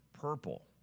purple